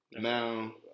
Now